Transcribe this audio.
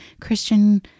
Christian